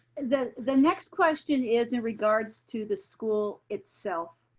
and the the next question is in regards to the school itself.